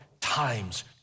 times